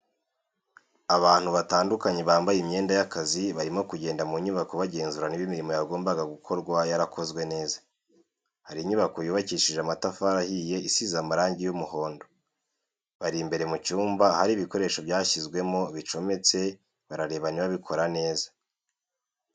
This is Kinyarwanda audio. Abantu batandukanye bambaye imyenda y'akazi barimo kugenda mu nyubako bagenzura niba imirimo yagombaga gukorwa yarakozwe neza, hari inyubako yubakishije amatafari ahiye isize amarangi y'umuhondo, bari imbere mu cyumba ahari ibikoresho byashyizwemo bicometse barareba niba bikora neza.